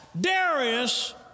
Darius